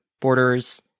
borders